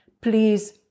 please